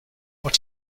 what